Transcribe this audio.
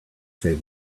save